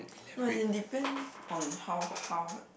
no as in depend on how how